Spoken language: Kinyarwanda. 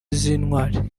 z’intwari